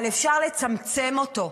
אבל אפשר לצמצם אותו,